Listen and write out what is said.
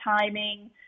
timing